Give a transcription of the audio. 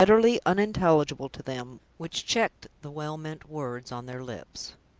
utterly unintelligible to them, which checked the well-meant words on their lips.